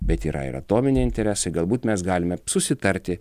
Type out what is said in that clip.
bet yra ir atominiai interesai galbūt mes galime susitarti